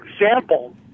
example